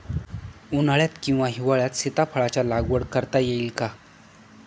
उन्हाळ्यात किंवा हिवाळ्यात सीताफळाच्या लागवड करता येईल का?